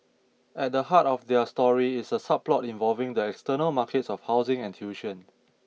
at the heart of their story is a subplot involving the external markets of housing and tuition